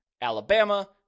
Alabama